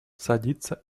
садится